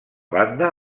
banda